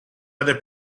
other